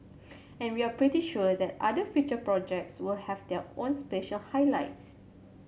and we are pretty sure that other future projects will have their own special highlights